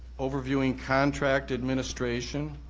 overviewing contract administration,